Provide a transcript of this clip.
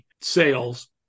sales